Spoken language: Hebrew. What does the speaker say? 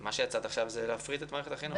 מה שהצעת עכשיו זה להפריט את מערכת החינוך.